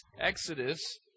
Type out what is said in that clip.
exodus